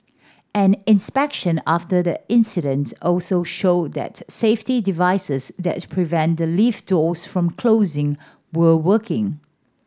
an inspection after the incident also showed that safety devices that prevent the lift doors from closing were working